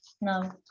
No